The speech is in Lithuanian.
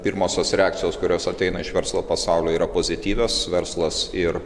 pirmosios reakcijos kurios ateina iš verslo pasaulio yra pozityvios verslas ir